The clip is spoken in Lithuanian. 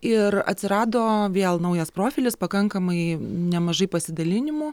ir atsirado vėl naujas profilis pakankamai nemažai pasidalinimų